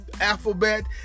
alphabet